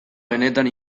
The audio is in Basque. benetan